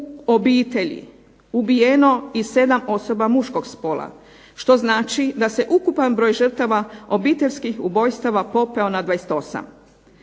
u obitelji ubijeno i 7 osoba muškog spola, što znači da se ukupan broj žrtava obiteljskih ubojstava popeo na 28.